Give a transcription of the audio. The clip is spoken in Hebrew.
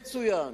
מצוין.